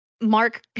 Mark